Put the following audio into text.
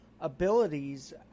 abilities